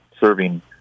serving